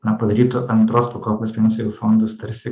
na padarytų antros pakopos pensijų fondus tarsi